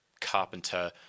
Carpenter